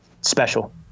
special